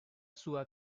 sua